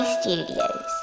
Studios